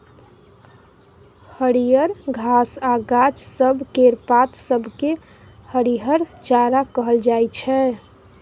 हरियर घास आ गाछ सब केर पात सब केँ हरिहर चारा कहल जाइ छै